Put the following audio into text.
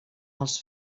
els